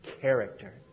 Character